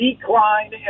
decline